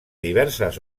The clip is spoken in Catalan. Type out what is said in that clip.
diverses